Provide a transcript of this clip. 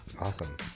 Awesome